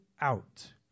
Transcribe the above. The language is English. out